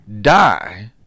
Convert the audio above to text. die